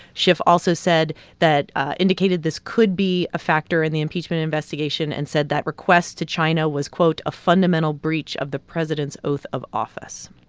schiff also said that indicated this could be a factor in the impeachment investigation and said that request to china was, quote, a fundamental breach of the president's oath of office.